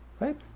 right